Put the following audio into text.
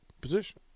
position